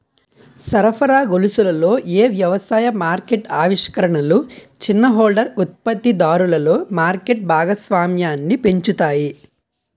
సరఫరా గొలుసులలో ఏ వ్యవసాయ మార్కెట్ ఆవిష్కరణలు చిన్న హోల్డర్ ఉత్పత్తిదారులలో మార్కెట్ భాగస్వామ్యాన్ని పెంచుతాయి?